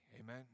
Amen